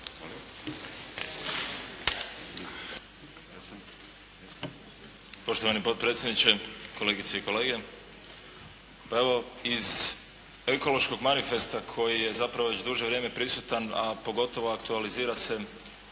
Poštovani potpredsjedniče, kolegice i kolege. Pa evo iz ekološkog manifesta koji je zapravo već duže vrijeme prisutan, a pogotovo aktualizira se